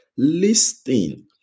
listing